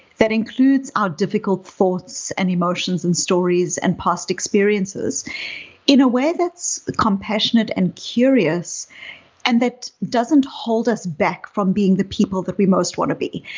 that includes our difficult thoughts and emotions and stories and past experiences in a way that's compassionate and curious and that doesn't hold us back from being the people that we most want to be.